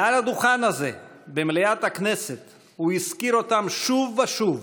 מעל הדוכן הזה במליאת הכנסת הוא הזכיר אותם שוב ושוב,